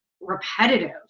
repetitive